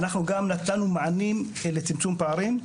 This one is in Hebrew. אנחנו גם נתנו מענים לצמצום פערים.